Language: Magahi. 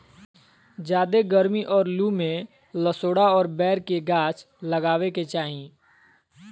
ज्यादे गरमी और लू में लसोड़ा और बैर के गाछ लगावे के चाही